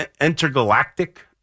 Intergalactic